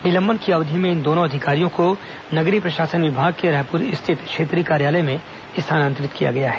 निलंबन अवधि में इन दोनों अधिकारियों को नगरीय प्रशासन विभाग के रायपुर स्थित क्षेत्रीय कार्यालय में स्थानातरित किया गया है